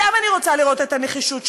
שם אני רוצה לראות את הנחישות שלהם.